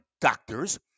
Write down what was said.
doctors